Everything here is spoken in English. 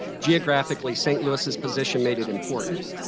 geographically, st. louis' position made it important,